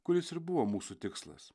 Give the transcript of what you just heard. kuris ir buvo mūsų tikslas